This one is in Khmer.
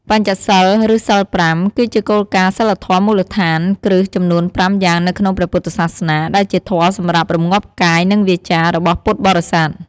បញ្ចសីល ឬ សីល ៥ គឺជាគោលការណ៍សីលធម៌មូលដ្ឋានគ្រឹះចំនួនប្រាំយ៉ាងនៅក្នុងព្រះពុទ្ធសាសនា ដែលជាធម៌សម្រាប់ រម្ងាប់កាយ និងវាចា របស់ពុទ្ធបរិស័ទ។